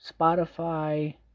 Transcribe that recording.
Spotify